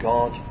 God